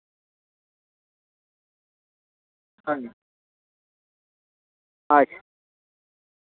ᱦᱮᱸ ᱟᱪᱪᱷᱟ